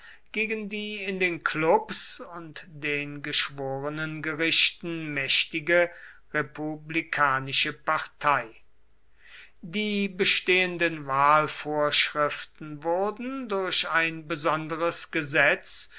gegen die in den klubs und den geschworenengerichten mächtige republikanische partei die bestehenden wahlvorschriften wurden durch ein besonderes gesetz